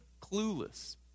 clueless